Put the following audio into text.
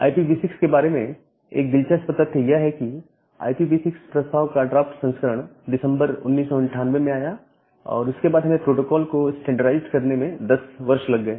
IPv6 के बारे में एक दिलचस्प तथ्य यह है कि IPv6 प्रस्ताव का ड्राफ्ट संस्करण दिसंबर 1998 में आया और उसके बाद हमें प्रोटोकॉल को स्टैंडराइज्ड करने में 10 वर्ष लग गए